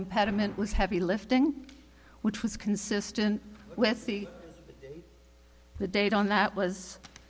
impediment was heavy lifting which was consistent with the date on that was